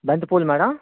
బంతి పూలు మేడం